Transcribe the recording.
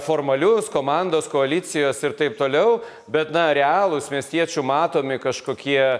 formalius komandos koalicijos ir taip toliau bet na realūs miestiečių matomi kažkokie